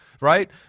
right